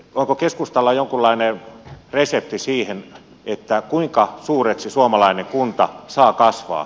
onko keskustalla jonkunlainen resepti siihen kuinka suureksi suomalainen kunta saa kasvaa